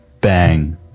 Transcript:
Bang